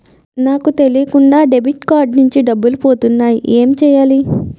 నాకు తెలియకుండా debit card నుంచి డబ్బులు పోతున్నాయి ఎం చెయ్యాలి?